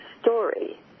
story